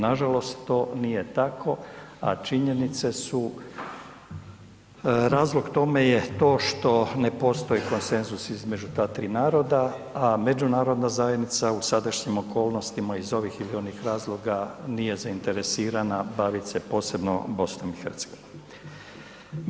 Nažalost, to nije tako, a činjenicu su razlog tome je to što ne postoji konsenzus između ta tri naroda, a međunarodna zajednica u sadašnjim okolnostima, iz ovih ili onih razloga nije zainteresirana baviti se posebno BiH-om.